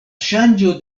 ŝanĝo